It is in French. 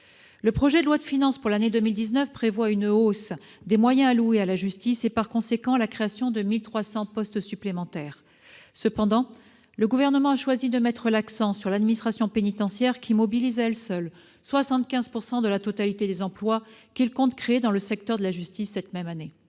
Le projet de loi de finances pour l'année 2019 prévoit une hausse des moyens alloués à la justice, dont la création de 1 300 postes supplémentaires. Cependant, le Gouvernement a choisi de mettre l'accent sur l'administration pénitentiaire, qui mobilise à elle seule 75 % de la totalité des emplois qu'il compte créer dans le secteur de la justice cette même année.